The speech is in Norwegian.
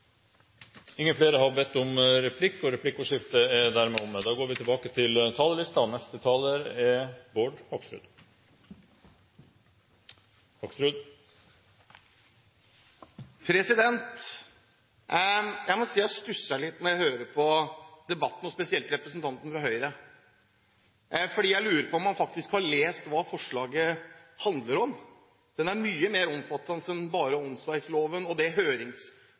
Replikkordskiftet er omme. De talere som heretter får ordet, har en taletid på inntil 3 minutter. Jeg må si jeg stusser litt når jeg hører på debatten, spesielt når jeg hører representanten fra Høyre. Jeg lurer på om han faktisk har lest hva forslaget handler om. Det er mye mer omfattende enn det som gjelder åndsverkloven og det